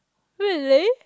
really